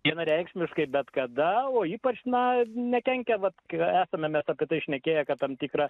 vienareikšmiškai bet kada o ypač na nekenkia vat kai esame mres apie tai šnekėję kad tam tikri